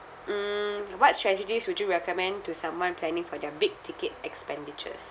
mm what strategies would you recommend to someone planning for their big ticket expenditures